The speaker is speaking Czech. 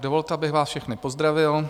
Dovolte, abych vás všechny pozdravil.